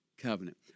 covenant